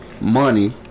money